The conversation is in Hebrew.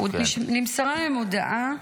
נמסרה להם הודעה.